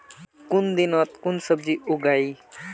कुन दिनोत कुन सब्जी उगेई?